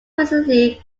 recently